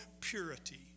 purity